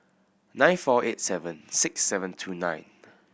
nine four eight seven six seven two nine